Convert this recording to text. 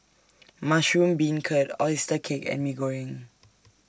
Mushroom Beancurd Oyster Cake and Mee Goreng